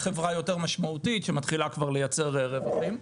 חברה יותר משמעותית שכבר מתחילה לייצר רווחים,